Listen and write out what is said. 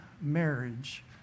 marriage